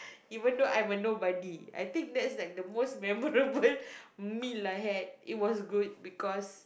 even though I'm a nobody I think that's like the most memorable meal I had it was good because